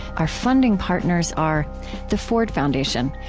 our funding partners are the ford foundation,